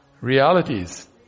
realities